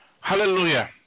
Hallelujah